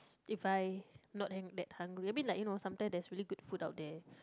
if I not that hungry I mean like you know sometimes there's really good food out there